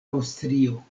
aŭstrio